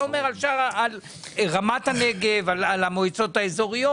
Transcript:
אומר על רמת הנגב ועל המועצות האזוריות.